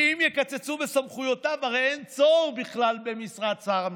כי אם יקצצו בסמכויותיו הרי אין צורך בכלל במשרת שר המשפטים.